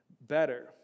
better